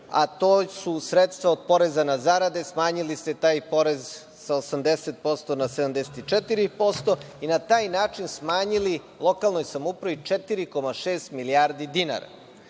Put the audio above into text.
a to su sredstva od poreza na zarade. Smanjili ste taj porez sa 80% na 74% i na taj način smanjili lokalnoj samoupravi 4,6 milijardi dinara. Podneo